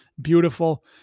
beautiful